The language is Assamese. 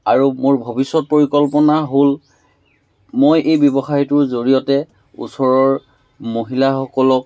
আৰু মোৰ ভৱিষ্যত পৰিকল্পনা হ'ল মই এই ব্যৱসায়টোৰ জৰিয়তে ওচৰৰ মহিলাসকলক